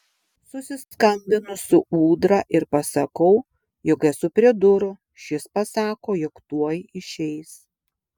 susiskambinu su ūdra ir pasakau jog esu prie durų šis pasako jog tuoj išeis